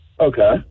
Okay